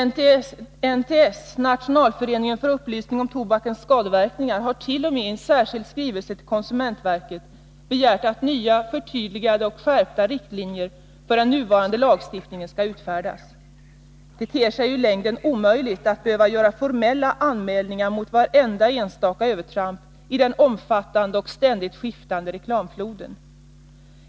NTS, Nationalföreningen för upplysning om tobakens skadeverkningar, har t.o.m. i en särskild skrivelse till konsumentverket begärt att nya, förtydligade och skärpta riktlinjer på den nuvarande lagstiftningens grundval skall utfärdas. Det ter sig i längden omöjligt att behöva göra formella anmälningar mot vartenda enstaka övertramp i den omfattande och ständigt skiftande reklamfloden.